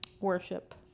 worship